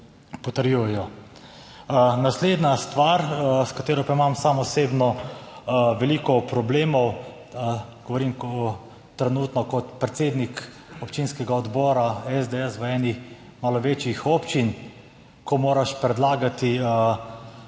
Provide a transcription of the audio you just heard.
potrjujejo. Naslednja stvar, s katero pa imam sam osebno veliko problemov, govorim kot trenutno predsednik občinskega odbora SDS v eni malo večjih občin. Ko moraš predlagati ljudi